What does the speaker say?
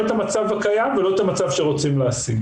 המצב הקיים ולא תואם את המצב שרוצים להשיג.